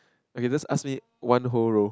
okay just ask me one whole row